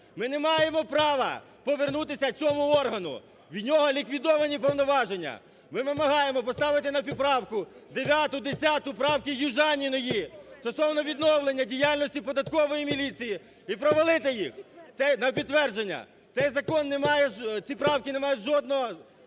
Ми не маємо права повернутися цьому органу, в нього ліквідовані повноваження. Ми вимагаємо поставити на поправку 9-у, 10-у – правки Южаніної стосовно відновлення діяльності Податкової міліції і провалити їх. Цей... На підтвердження. Цей закон не має...